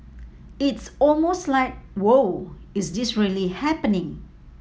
it's almost like Wow is this really happening